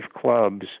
clubs